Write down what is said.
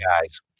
guys